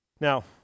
Now